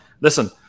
listen